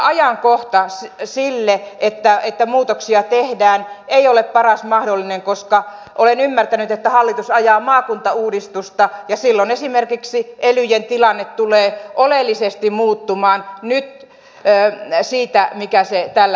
myöskään ajankohta sille että muutoksia tehdään ei ole paras mahdollinen koska olen ymmärtänyt että hallitus ajaa maakuntauudistusta ja silloin esimerkiksi elyjen tilanne tulee oleellisesti muuttumaan siitä mikä se tällä